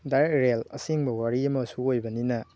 direct real ꯑꯁꯦꯡꯕ ꯋꯥꯔꯤ ꯑꯃꯁꯨ ꯑꯣꯏꯕꯅꯤꯅ